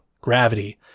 gravity